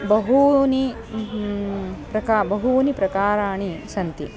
बहूनि प्रकारं बहूनि प्रकाराणि सन्ति